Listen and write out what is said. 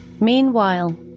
Meanwhile